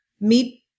meet